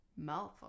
Malfoy